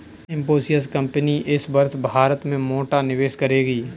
Infosys company इस वर्ष भारत में मोटा निवेश करेगी